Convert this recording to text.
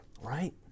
Right